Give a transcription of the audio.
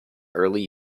early